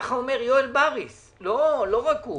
כך או מר יואל בריס ולא רק הוא